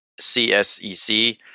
CSEC